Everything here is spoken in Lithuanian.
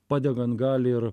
padegan gali ir